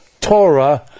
Torah